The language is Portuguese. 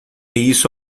isso